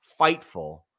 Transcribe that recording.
fightful